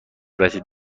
رسید